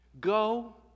go